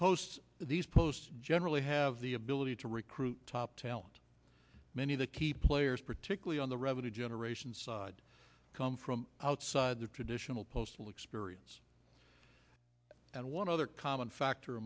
posts these posts generally have the ability to recruit top talent many of the key players particularly on the revenue generation side come from outside their traditional postal experience and one other common factor